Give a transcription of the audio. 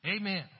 Amen